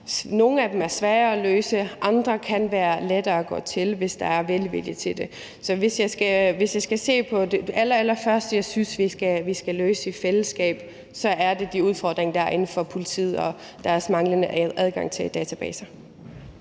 nogle af dem er svære at løse; andre af dem kan være lettere at gå til, hvis der er velvilje til det. Så hvis jeg skal pege på det allerallerførste, jeg synes vi skal løse i fællesskab, så er det de udfordringer, der er inden for politiet og med deres manglende adgang til databaser.